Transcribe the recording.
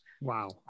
Wow